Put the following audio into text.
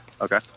Okay